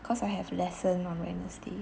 cause I have lesson on wednesday